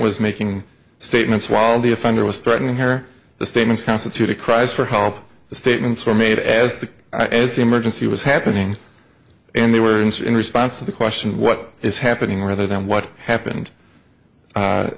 was making statements while the offender was threatening here the statements constituted cries for help the statements were made as the as the emergency was happening and they were in response to the question what is happening rather than what happened